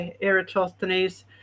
Eratosthenes